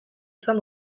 izan